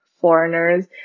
foreigners